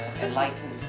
enlightened